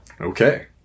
Okay